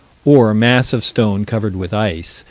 or mass of stone covered with ice,